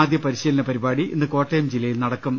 ആദ്യപരിശീലന പരിപാടി ഇന്ന് കോട്ടയം ജില്ലയിൽ നടക്കും